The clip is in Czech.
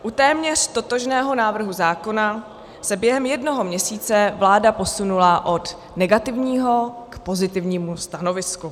U téměř totožného návrhu zákona se během jednoho měsíce vláda posunula od negativního k pozitivnímu stanovisku.